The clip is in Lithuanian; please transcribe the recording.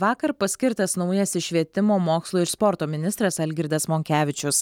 vakar paskirtas naujasis švietimo mokslo ir sporto ministras algirdas monkevičius